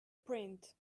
print